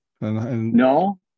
No